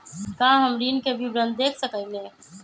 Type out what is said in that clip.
का हम ऋण के विवरण देख सकइले?